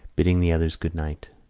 bidding the others good-night.